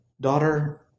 daughter